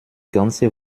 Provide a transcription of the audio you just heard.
ganze